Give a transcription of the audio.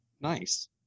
Nice